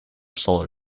solar